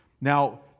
Now